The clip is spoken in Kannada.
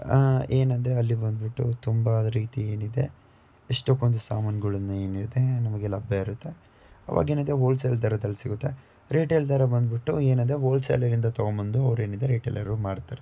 ಏನಂದರೆ ಅಲ್ಲಿ ಬಂದುಬಿಟ್ಟು ತುಂಬ ರೀತಿ ಏನಿದೆ ಎಷ್ಟೋಕೊಂದು ಸಮಾನ್ಗಳನ್ನ ಏನಿರುತ್ತೆ ನಮಗೆ ಲಭ್ಯ ಇರುತ್ತೆ ಅವಾಗೇನಿದೆ ಹೋಲ್ಸೇಲ್ ದರದಲ್ಲಿ ಸಿಗುತ್ತೆ ರಿಟೇಲ್ ದರ ಬಂದುಬಿಟ್ಟು ಏನಂದರೆ ಹೋಲ್ಸೇಲಿನಿಂದ ತೊಗೊಂಬಂದು ಅವ್ರು ಏನಿದೆ ರಿಟೇಲ್ಲರು ಮಾರ್ತಾರೆ